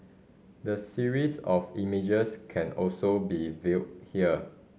the series of images can also be viewed here